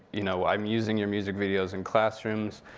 you know, i'm using your music videos in classrooms.